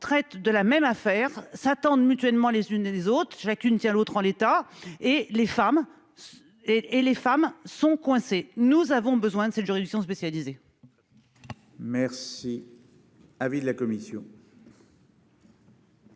de la même affaire. Elles s'attendent les unes les autres, chacune tenant l'autre en l'état, et les femmes sont coincées. Nous avons besoin de cette juridiction spécialisée.